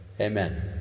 Amen